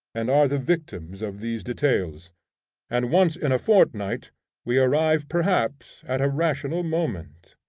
and are the victims of these details and once in a fortnight we arrive perhaps at a rational moment.